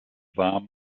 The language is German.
warm